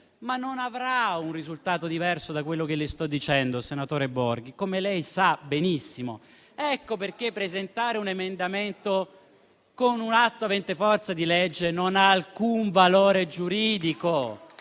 ma non avrà un risultato diverso da quello che le sto dicendo, senatore Borghi, come lei sa benissimo. Ecco perché presentare un emendamento, con un atto avente forza di legge, non ha alcun valore giuridico.